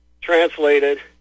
translated